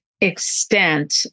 Extent